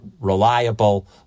reliable